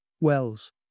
Wells